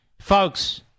folks